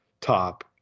top